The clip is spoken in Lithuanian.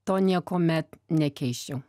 to niekuomet nekeisčiau